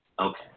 Okay